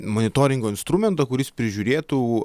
monitoringo instrumentą kuris prižiūrėtų